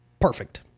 perfect